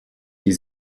die